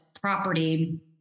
property